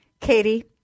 Katie